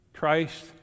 Christ